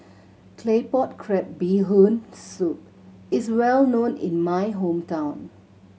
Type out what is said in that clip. Claypot Crab Bee Hoon Soup is well known in my hometown